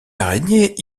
araignées